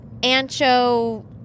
Ancho